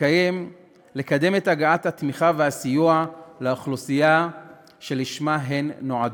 לקדם את הגעת התמיכה והסיוע לאוכלוסייה שלשמה הם נועדו.